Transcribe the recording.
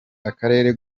akarere